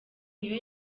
niyo